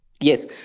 Yes